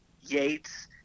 Yates